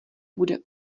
bude